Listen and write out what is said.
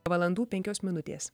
valandų penkios minutės